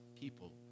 people